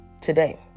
today